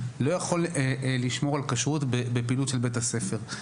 לא יכול לשמור על כשרות בפעילות של בית הספר.